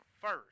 first